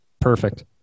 Perfect